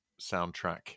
soundtrack